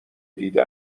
دیده